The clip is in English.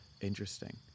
Interesting